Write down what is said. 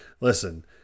listen